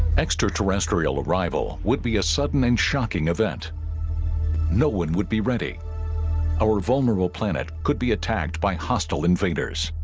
extraterrestrial arrival would be a sudden and shocking event no one would be ready our vulnerable planet could be attacked by hostile invaders